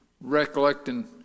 recollecting